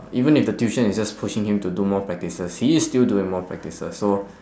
even if the tuition is just pushing him to do more practices he is still doing more practices so